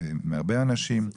עליו מהרבה אנשים.